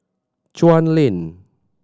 Chuan Lane